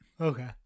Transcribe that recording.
okay